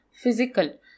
physical